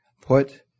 Put